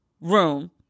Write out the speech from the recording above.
room